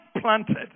planted